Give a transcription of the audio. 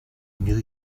knew